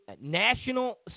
national